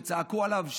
צעקו עליו,